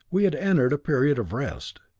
we had entered a period of rest.